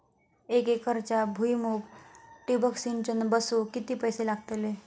एक एकरच्या भुईमुगाक ठिबक सिंचन बसवूक किती पैशे लागतले?